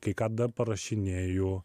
kai kada parašinėju